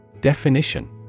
Definition